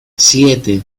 siete